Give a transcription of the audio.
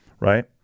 Right